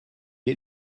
est